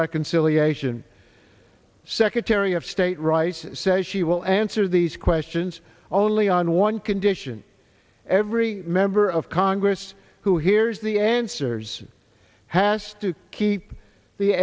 reconciliation secretary of state rice says she will answer these questions only on one condition every member of congress who hears the answers has to keep the